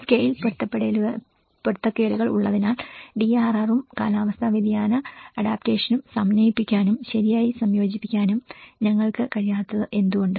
scale പൊരുത്തക്കേടുകൾ ഉള്ളതിനാൽ DRR ഉം കാലാവസ്ഥാ വ്യതിയാന അഡാപ്റ്റേഷനും സമന്വയിപ്പിക്കാനും ശരിയായി സംയോജിപ്പിക്കാനും ഞങ്ങൾക്ക് കഴിയാത്തത് എന്തുകൊണ്ട്